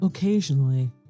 Occasionally